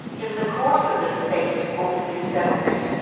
in the course of the debate over this settlement,